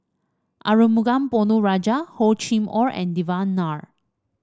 Arumugam Ponnu Rajah Hor Chim Or and Devan Nair